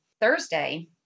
Thursday